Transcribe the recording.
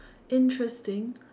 interesting